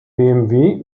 bmw